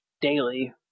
daily